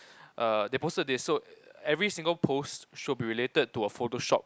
uh they posted this so every single post should be related to a photoshop